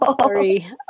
sorry